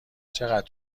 چقدر